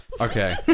Okay